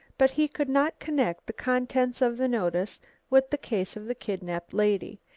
but he could not connect the contents of the notice with the case of the kidnapped lady,